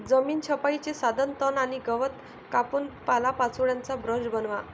जमीन छपाईचे साधन तण आणि गवत कापून पालापाचोळ्याचा ब्रश बनवा